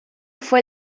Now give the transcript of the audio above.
fue